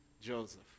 Joseph